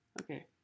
Okay